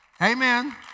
Amen